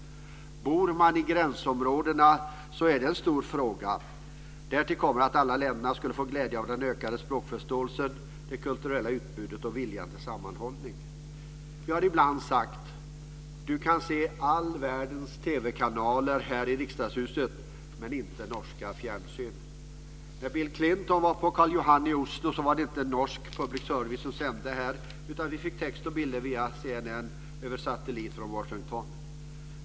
Bor man i gränsområden är det en stor fråga. Därtill kommer att alla länderna skulle få glädje av den ökade språkförståelsen, det kulturella utbudet och viljan till sammanhållning. Vi har ibland sagt: Du kan se all världens TV kanaler här i riksdagshuset men inte norska fjernsyn. När Bill Clinton var på Karl Johann i Oslo var det inte norsk public service som sände här, utan vi fick text och bilder via CNN över satellit från Washington.